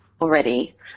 already